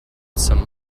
some